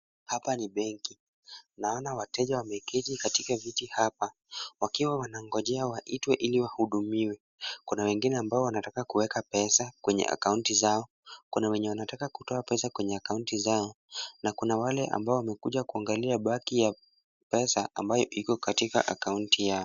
Hapa ni benki. Naona wateja wameketi katika viti hapa, wakiwa wanangojea waitwe ili wahudumiwe. Kuna wengine ambao wanataka kueka pesa kwenye akaunti zao, kuna wenye wanataka kutoa pesa kwenye akaunti zao na kuna wale ambao wamekuja kuangalia baki ya pesa ambayo iko katika akaunti yao.